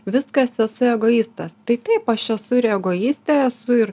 viskas esu egoistas tai taip aš esu ir egoistė esu ir